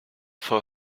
for